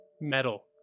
Metal